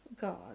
God